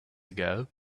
ago